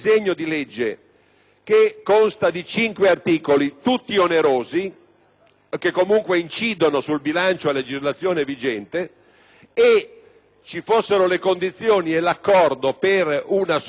che consta di cinque articoli, tutti onerosi, o che comunque incidono sul bilancio a legislazione vigente, e ci fossero le condizioni e l'accordo per una sua discussione,